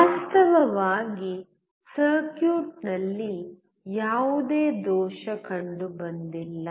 ವಾಸ್ತವವಾಗಿ ಸರ್ಕ್ಯೂಟ್ನಲ್ಲಿ ಯಾವುದೇ ದೋಷ ಕಂಡುಬಂದಿಲ್ಲ